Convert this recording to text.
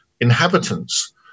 inhabitants